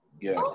Yes